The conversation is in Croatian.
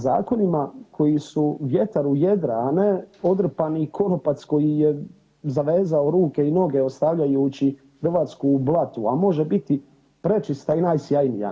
Zakonima koji su vjetar u jedra, a ne odrpani konopac koji je zavezao ruke i noge ostavljajući Hrvatsku u blatu, a može biti prečista i najsjajnija.